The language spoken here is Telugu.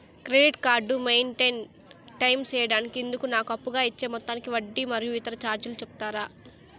క్రెడిట్ కార్డు మెయిన్టైన్ టైము సేయడానికి ఇందుకు నాకు అప్పుగా ఇచ్చే మొత్తానికి వడ్డీ మరియు ఇతర చార్జీలు సెప్తారా?